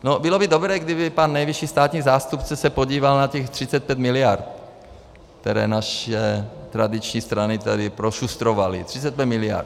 No, bylo by dobré, kdyby pan nejvyšší státní zástupce se podíval na těch 35 miliard, které naše tradiční strany tady prošustrovaly, 35 miliard.